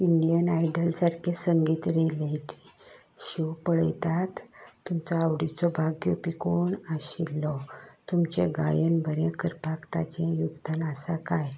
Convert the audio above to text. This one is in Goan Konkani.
इंडियन आयडल सारके संगीत रिलेटेड शो पळयतात तुमचो आवडीचो भाग घेवपी कोण आशिल्लो तुमचें गायन बरें करपाक तांजे योगदान आसा काय